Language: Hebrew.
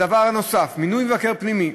הדבר הנוסף, מינוי מבקר פנימי.